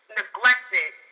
neglected